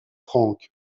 frank